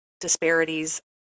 disparities